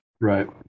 Right